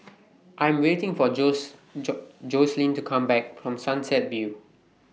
I Am waiting For Joselyn to Come Back from Sunset View